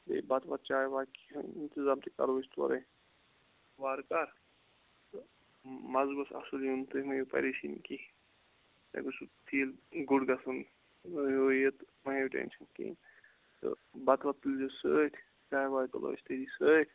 بیٚیہِ بَتہٕ وَتہٕ چاے واے کینٛہہ اِنتِظام تہِ کرو أسۍ تورے وارٕ کار تہٕ مَزٕ گوٚژھ اصٕل یُن تُہۍ مہٕ ہیٚیِو پریشٲنی کِہیٖنۍ تۄہہِ گوٚژھوٕ فیٖل گُڈ گَژھُن ہو یہِ تہٕ مہَ ہیٚیِو ٹٮ۪نشَن کِہیٖنۍ چھُ نہٕ تہٕ بَتہٕ وَتہٕ تُلزیٚو سۭتۍ چاے واے تُلو أسۍ تٔتی سۭتۍ